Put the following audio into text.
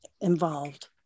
involved